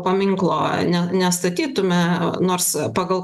paminklo ne nestatytume nors pagal